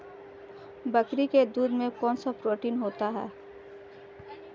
बकरी के दूध में कौनसा प्रोटीन होता है?